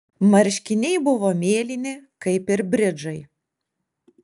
marškiniai buvo mėlyni kaip ir bridžai